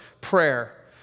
prayer